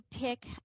pick